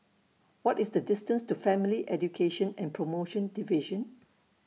What IS The distance to Family Education and promotion Division